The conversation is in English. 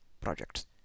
projects